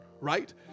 right